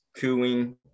cooing